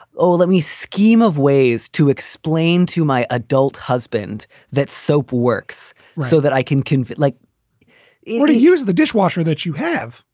oh, let me scheme of ways to explain to my adult husband that soap works so that i can can like you know to use the dishwasher dishwasher that you have.